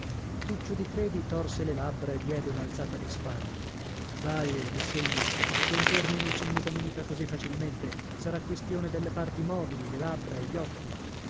tuccio di credi torse le labbra e diede un'alzata di spalle baie dissegli i contorni non si mutano mica così facilmente sarà quistione delle parti mobili le labbra e gli occhi